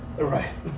right